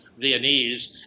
Viennese